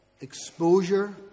Exposure